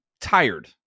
tired